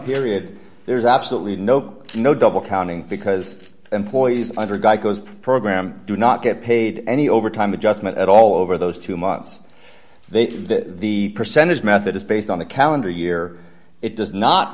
period there's absolutely no no double counting because employees under guy goes program do not get paid any overtime adjustment at all over those two months they say that the percentage method is based on the calendar year it does not